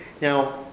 Now